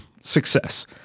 success